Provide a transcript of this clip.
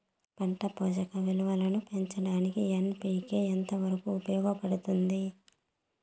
పంట పోషక విలువలు పెంచడానికి ఎన్.పి.కె ఎంత వరకు ఉపయోగపడుతుంది